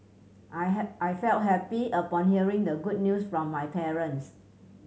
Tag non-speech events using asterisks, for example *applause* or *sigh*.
I *unintelligible* I felt happy upon hearing the good news from my parents